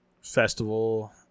festival